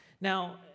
Now